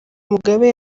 mugabe